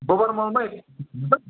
गोबार मलमै हुन्छ